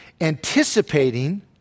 anticipating